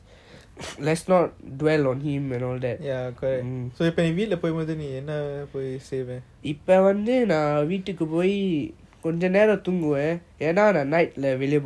ya correct so இப்போ நீ வீட்டுல போம்போது நீ வீட்டுல பொய் என்ன பொய் செய்த:ipo nee veetula pompothu nee veetula poi enna poi seiva oh that's nice ya